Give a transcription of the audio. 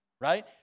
Right